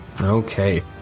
Okay